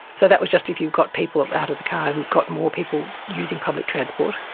so that was just if you've got people out of the car and got more people using public transport.